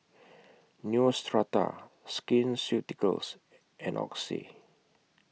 Neostrata Skin Ceuticals and Oxy